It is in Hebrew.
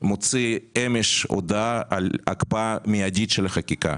מוציא אמש הודעה על הקפאה מיידית של החקיקה,